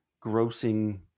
grossing